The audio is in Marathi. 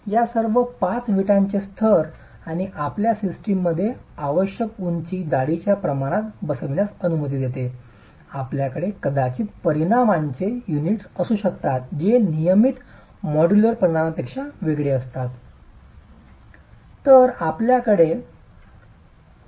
या सर्व 5 विटांचे स्तर किंवा आपल्या सिस्टममध्ये आवश्यक उंची जाडीच्या प्रमाणात बसविण्यास अनुमती देते आपल्याकडे कदाचित परिमाणांचे युनिट्स असू शकतात जे नियमित मॉड्यूलर परिमाणांपेक्षा वेगळे असतात